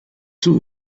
two